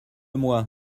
moi